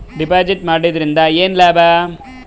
Deposit ಮಾಡುದರಿಂದ ಏನು ಲಾಭ?